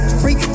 free